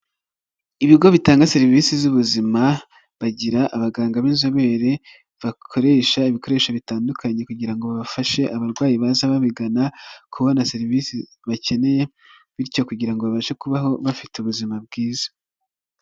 Ibigo bitanga serivisi z'ubuzima, bagira abaganga b'inzobere, bakoresha ibikoresho bitandukanye kugira ngo bafashe abarwayi baza babigana, kubona serivisi bakeneye bityo kugira ngo babashe kubaho bafite ubuzima bwiza.